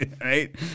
right